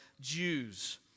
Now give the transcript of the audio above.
Jews